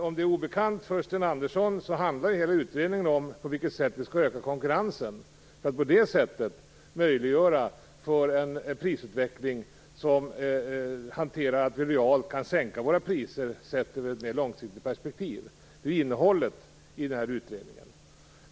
Om det är obekant för Sten Andersson, handlar hela utredningen om på vilket sätt vi skall öka konkurrensen för att möjliggöra en prisutveckling som gör att vi realt kan sänka priserna sett ur ett mer långsiktigt perspektiv. Det är ju innehållet i utredningen.